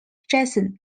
jason